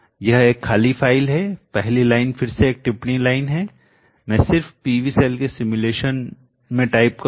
यह एक खाली फ़ाइल है पहली लाइन फिर से एक टिप्पणी लाइन है मैं सिर्फ पीवी सेल के सिमुलेशन में टाइप करूंगा